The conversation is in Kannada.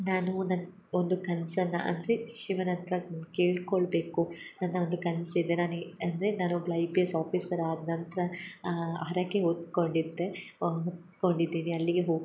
ನಾನು ನನ್ನ ಒಂದು ಕನ್ಸನ್ನು ಅನ್ಸಿ ಶಿವನ ಹತ್ರ ಕೇಳ್ಕೊಳ್ಬೇಕು ನನ್ನ ಒಂದು ಕನ್ಸು ಇದೆ ನಾನಿ ಅಂದರೆ ನಾನು ಐ ಪಿ ಎಸ್ ಆಫೀಸರ್ ಆದ ನಂತರ ಹರಕೆ ಹೊತ್ಕೊಂಡಿದ್ದೆ ಅನ್ಕೊಂಡಿದ್ದೀನಿ ಅಲ್ಲಿಗೆ ಹೋಗಿ